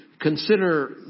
consider